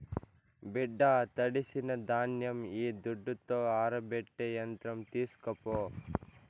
బిడ్డా తడిసిన ధాన్యం ఈ దుడ్డుతో ఆరబెట్టే యంత్రం తీస్కోపో